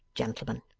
gentlemen.